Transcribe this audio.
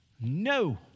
No